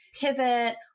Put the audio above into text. pivot